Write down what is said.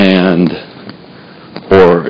and/or